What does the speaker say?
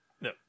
No